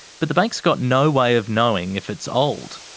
but the bank's got no way of knowing if it's old,